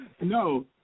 No